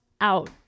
out